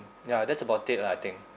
ya that's about it lah I think